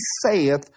saith